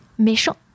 méchant